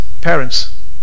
parents